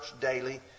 daily